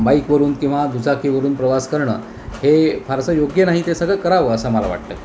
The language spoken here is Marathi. बाईकवरून किंवा दुचाकीवरून प्रवास करणं हे फारसं योग्य नाही ते सगळं करावं असं मला वाटलं